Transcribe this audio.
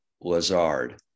Lazard